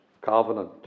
covenant